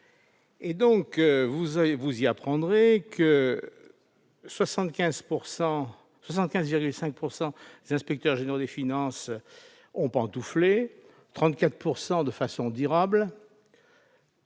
On y apprend que 75,5 % des inspecteurs généraux des finances ont pantouflé- 34 % de façon durable.